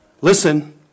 listen